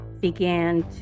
began